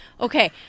okay